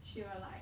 she will like